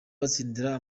batsindira